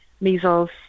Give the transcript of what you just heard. measles